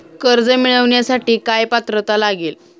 कर्ज मिळवण्यासाठी काय पात्रता लागेल?